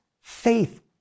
faith